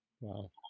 Wow